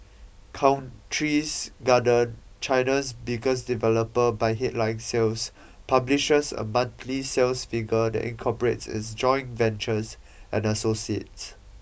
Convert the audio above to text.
Countries Garden China's biggest developer by headline sales publishes a monthly sales figure that incorporates its joint ventures and associates